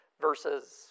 versus